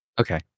okay